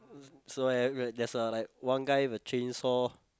so so have there's a like one guy with a chainsaw